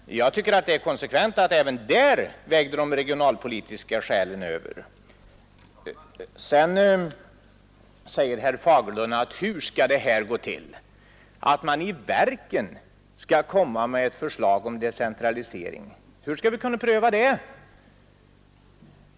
Jag tycker att det är konsekvent att de regionalpolitiska skälen vägde över även där. Herr Fagerlund frågar sedan hur det här skall gå till — att man i verken skall komma med ett förslag om decentralisering. Hur skall vi kunna pröva det?